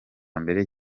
mbere